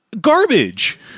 garbage